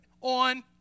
on